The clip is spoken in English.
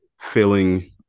filling